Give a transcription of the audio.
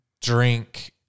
drink